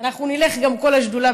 אנחנו נלך גם כל השדולה,